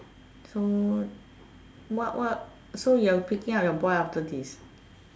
so what what so you are picking up your boy after this